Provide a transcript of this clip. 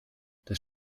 das